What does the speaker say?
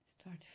start